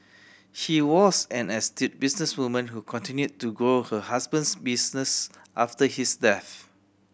she was an astute businesswoman who continued to grow her husband's business after his death